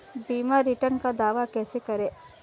बीमा रिटर्न का दावा कैसे करें?